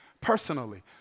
personally